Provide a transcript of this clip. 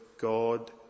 God